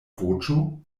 voĉo